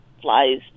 flies